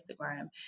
Instagram